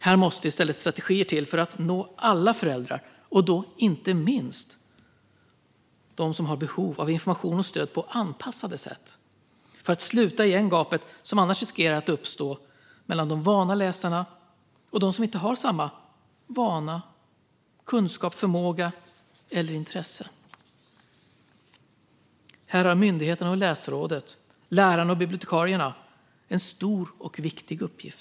Här måste i stället strategier till för att nå alla föräldrar och då inte minst dem som har behov av information och stöd på anpassade sätt för att sluta det gap som annars riskerar att uppstå mellan de vana läsarna och dem som inte har samma vana, kunskap, förmåga eller intresse. Här har myndigheterna, Läsrådet, lärarna och bibliotekarierna en stor och viktig uppgift.